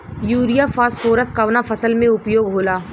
Urea phosphorus कवना फ़सल में उपयोग होला?